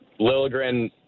Lilligren